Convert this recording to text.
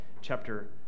chapter